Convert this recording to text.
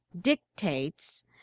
dictates